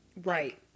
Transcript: Right